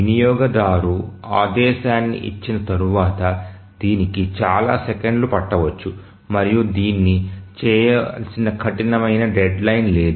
వినియోగదారు ఆదేశాన్ని ఇచ్చిన తర్వాత దీనికి చాలా సెకన్లు పట్టవచ్చు మరియు దీన్ని చేయాల్సిన కఠినమైన డెడ్ లైన్ లేదు